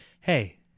Hey